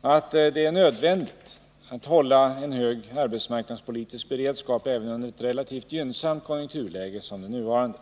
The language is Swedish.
att det är nödvändigt att hålla en hög arbetsmarknadspolitisk beredskap även under ett relativt gynnsamt konjunkturläge som det nuvarande.